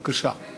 בבקשה.